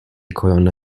colonna